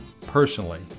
personally